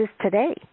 today